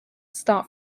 start